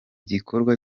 gikorwa